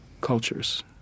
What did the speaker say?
cultures